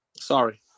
Sorry